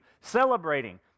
celebrating